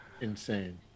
insane